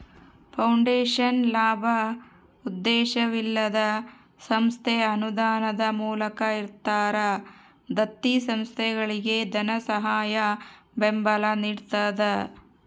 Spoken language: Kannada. ಫೌಂಡೇಶನ್ ಲಾಭೋದ್ದೇಶವಿಲ್ಲದ ಸಂಸ್ಥೆ ಅನುದಾನದ ಮೂಲಕ ಇತರ ದತ್ತಿ ಸಂಸ್ಥೆಗಳಿಗೆ ಧನಸಹಾಯ ಬೆಂಬಲ ನಿಡ್ತದ